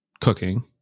cooking